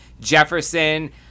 Jefferson